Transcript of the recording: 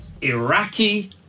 Iraqi